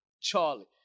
Charlie